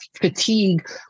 fatigue